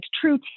true